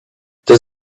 does